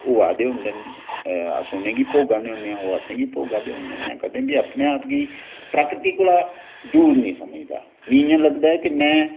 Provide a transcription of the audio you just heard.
होआ दे होंदे न अस उ'नेंगी भोगा दे होन्ने आं अस उ'नेंगी भोगा दे होन्ने आं कदें बी अपने आप गी प्राकुति कोला दूर नी समझदा मिगी इ'यां लगदा कि में